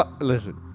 Listen